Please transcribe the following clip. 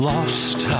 Lost